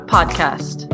Podcast